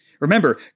Remember